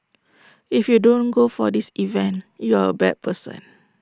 if you don't go for this event you are A bad person